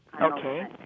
Okay